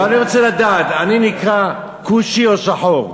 לא, אני רוצה לדעת, אני נקרא כושי או שחור?